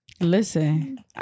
listen